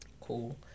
Cool